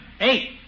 eight